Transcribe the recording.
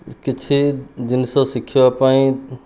କିଛି ଜିନିଷ ଶିଖିବା ପାଇଁ